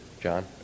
John